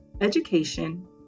education